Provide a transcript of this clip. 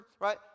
right